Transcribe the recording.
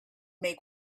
make